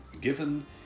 given